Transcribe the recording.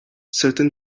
certain